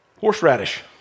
horseradish